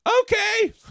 okay